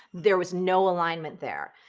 there was no alignment there.